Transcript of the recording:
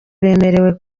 bemerewe